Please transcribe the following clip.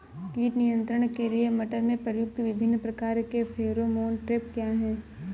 कीट नियंत्रण के लिए मटर में प्रयुक्त विभिन्न प्रकार के फेरोमोन ट्रैप क्या है?